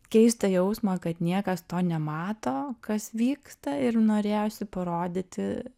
keistą jausmą kad niekas to nemato kas vyksta ir norėjosi parodyti